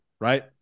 Right